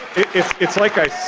it's it's like i